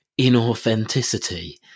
inauthenticity